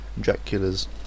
Dracula's